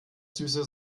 süße